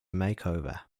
makeover